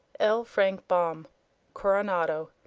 l. frank baum coronado,